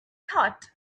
thought